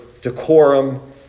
decorum